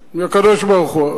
מהקדוש-ברוך-הוא.